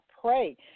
pray